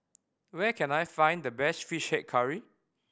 where can I find the best Fish Head Curry